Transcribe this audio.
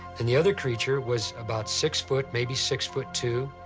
and the other creature was about six foot, maybe six foot two.